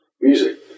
music